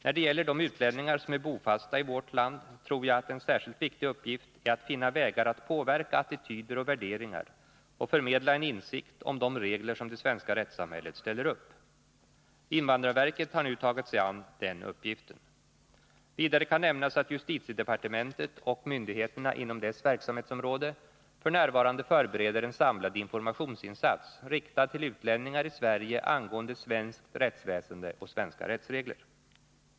När det gäller de utlänningar som är bofasta i vårt land tror jag att en särskilt viktig uppgift äratt finna vägar att påverka attityder och värderingar och förmedla en insikt om de regler som det svenska rättssamhället ställer upp. Invandrarverket har nu tagit sig an denna uppgift. Vidare kan nämnas att justitiedepartementet och myndigheterna inom dess verksamhetsområde f.n. förbereder en samlad informationsinsats riktad till utlänningar i Sverige angående svenskt rättsväsende och svenska rättsregler.